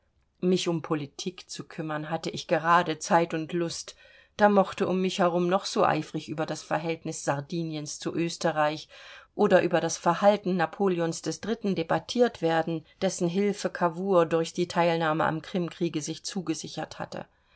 mich um politik zu kümmern hatte ich gerade zeit und lust da mochte um mich herum noch so eifrig über das verhältnis sardiniens zu österreich oder über das verhalten napoleons iii debattiert werden dessen hilfe cavour durch die teilnahme am krimkriege sich zugesichert hatte